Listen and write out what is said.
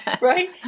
Right